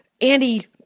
Andy